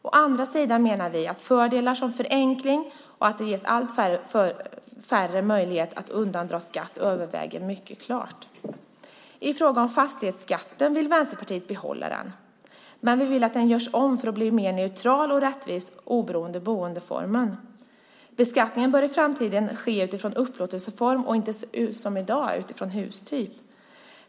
Å andra sidan menar vi att fördelar som förenkling och att det ges allt färre möjligheter att undandra skatt överväger mycket klart. Vänsterpartiet vill behålla fastighetsskatten, men vi vill att den görs om för att bli mer neutral och rättvis oavsett boendeform. Beskattningen bör i framtiden ske utifrån upplåtelseform och inte som i dag utifrån hustyp.